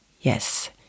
yes